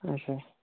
اچھا